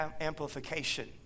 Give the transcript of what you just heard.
amplification